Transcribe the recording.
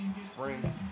spring